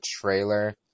trailer